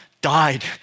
died